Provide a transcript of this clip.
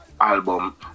album